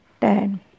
ten